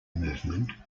movement